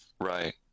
Right